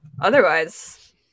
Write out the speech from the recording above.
Otherwise